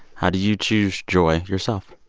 how do you choose joy yourself?